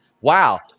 Wow